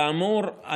כאמור,